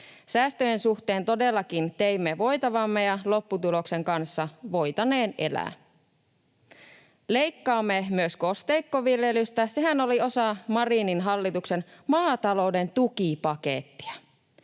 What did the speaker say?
Säästöjen suhteen todellakin teimme voitavamme, ja lopputuloksen kanssa voitaneen elää. Leikkaamme myös kosteikkoviljelystä, sehän oli osa Marinin hallituksen maatalouden tukipakettia.